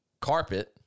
carpet